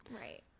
right